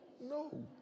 No